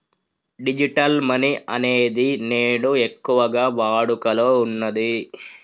digital money అనేది నేడు ఎక్కువగా వాడుకలో ఉన్నది